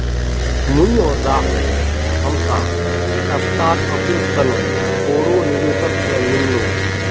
मुई आर राहुल हमसार स्टार्टअपेर तने बोरो निवेशक से मिलुम